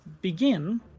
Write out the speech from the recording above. begin